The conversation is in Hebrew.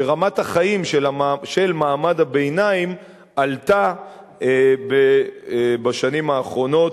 שרמת החיים של מעמד הביניים עלתה בשנים האחרונות